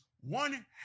one